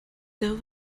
tev